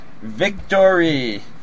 Victory